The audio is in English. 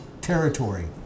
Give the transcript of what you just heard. territory